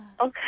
Okay